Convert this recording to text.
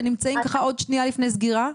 שנמצאים ככה עוד שניה לפני סגירה?